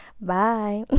Bye